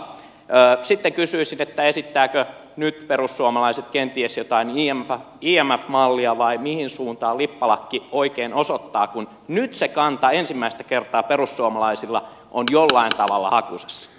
sitten kysyisin esittääkö perussuomalaiset nyt kenties jotain imf mallia vai mihin suuntaan lippalakki oikein osoittaa kun nyt se kanta ensimmäistä kertaa perussuomalaisilla on jollain tavalla hakusessa